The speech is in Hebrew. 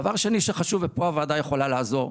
דבר שני שחשוב, ופה הוועדה יכולה לעזור.